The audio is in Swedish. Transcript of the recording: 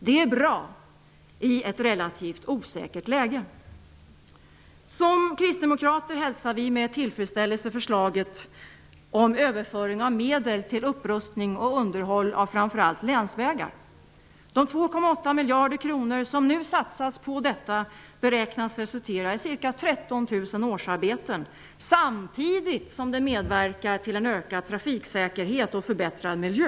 Det är bra i ett relativt osäkert läge. Som kristdemokrater hälsar vi med tillfredsställelse förslaget om överföring av medel till upprustning och underhåll av framför allt länsvägar. De 2,8 miljarder kronor som nu satsas på detta beräknas resultera i ca 13 000 årsarbeten, samtidigt som de medverkar till en ökad trafiksäkerhet och förbättrad miljö.